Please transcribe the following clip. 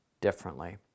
differently